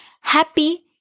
happy